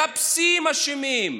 מחפשים אשמים.